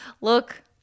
look